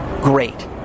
great